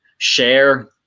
share